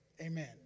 Amen